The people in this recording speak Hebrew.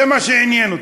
זה מה שעניין אותו.